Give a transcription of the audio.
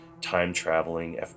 time-traveling